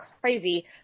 crazy